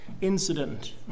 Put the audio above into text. incident